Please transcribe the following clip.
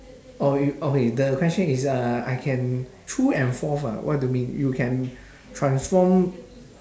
oh you okay the question is uh I can true and false ah what do you mean you can transform